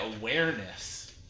awareness